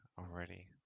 already